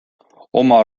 oma